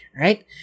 right